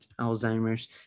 Alzheimer's